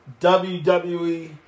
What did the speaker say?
WWE